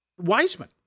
Wiseman